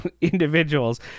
individuals